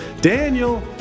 Daniel